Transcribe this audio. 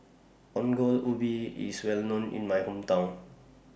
Ongol Ubi IS Well known in My Hometown